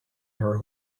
her